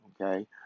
Okay